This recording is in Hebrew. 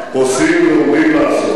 לפני שאתה פותח עושים ועומדים לעשות,